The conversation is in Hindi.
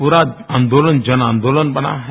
पूरा आंदोलन जन आंदोलन बना है